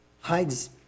hides